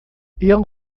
ele